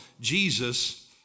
Jesus